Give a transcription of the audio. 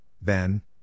Ben